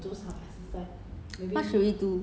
I say you lazy